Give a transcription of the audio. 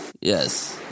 Yes